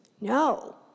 No